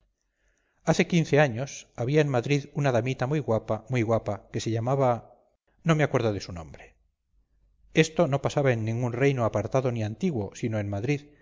hace quince años había en madrid una damita muy guapa muy guapa que se llamaba no me acuerdo su nombre esto no pasaba en ningún reino apartado ni antiguo sino en madrid